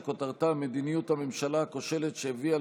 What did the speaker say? שכותרתה: מדיניות הממשלה הכושלת שהביאה